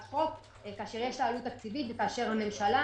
חוק כאשר יש לה עלות תקציבית וכאשר הממשלה